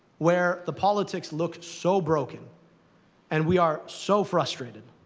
where the politics look so broken and we are so frustrated,